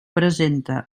presenta